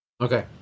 Okay